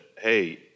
hey